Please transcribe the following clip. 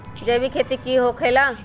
जैविक खेती का होखे ला?